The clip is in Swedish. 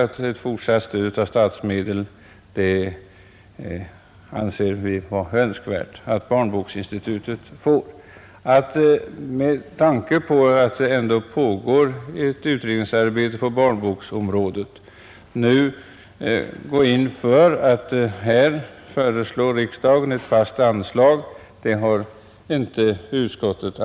Vi har sagt att vi anser det önskvärt att Barnboksinstitutet erhåller fortsatt stöd av statsmedel. Men eftersom det nu pågår ett utredningsarbete på barnboksområdet har utskottet inte ansett sig kunna tillstyrka förslaget om ett fast anslag till institutet.